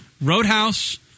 Roadhouse